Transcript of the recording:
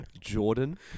Jordan